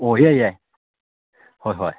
ꯑꯣ ꯌꯥꯏ ꯌꯥꯏ ꯍꯣꯏ ꯍꯣꯏ